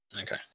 Okay